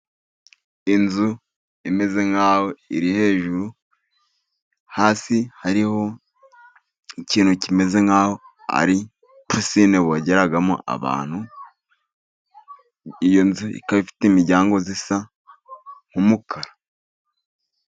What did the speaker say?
Inzu imeze nk'aho iri hejuru, hasi hariho ikintu kimeze nk'aho ari pisine bogeramo abantu, iyo nzu ikaba ifite imiryango isa nk'umukara.